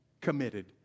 committed